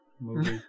movie